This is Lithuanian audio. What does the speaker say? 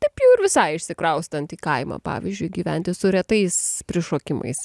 taip jau ir visai išsikraustant į kaimą pavyzdžiui gyventi su retais prišokimais